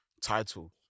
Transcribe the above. title